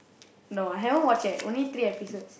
no I haven't watch eh only three episodes